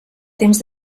temps